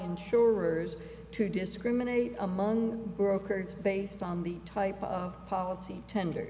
insurers to discriminate among brokers based on the type of policy tender